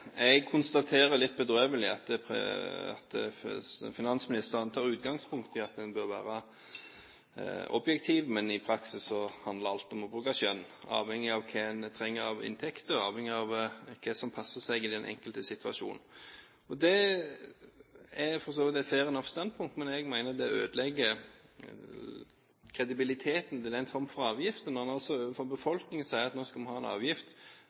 Jeg konstaterer litt bedrøvelig at finansministeren tar utgangspunkt i at en bør være objektiv, men i praksis handler alt om å bruke skjønn, avhengig av hva en trenger av inntekt, avhengig av hva som passer seg i den enkelte situasjon. Det er for så vidt et «fair enough» standpunkt. Men jeg mener at det ødelegger kredibiliteten til den form for avgifter når en overfor befolkningen sier at vi nå skal ha en avgift